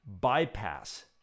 bypass